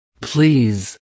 please